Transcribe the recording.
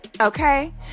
okay